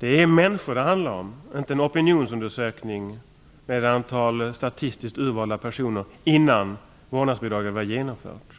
Det handlar om människor, inte om en opinionsundersökning bland ett antal statistiskt urvalda personer som gjorts innan vårdnadsbidraget var genomfört.